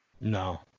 No